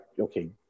okay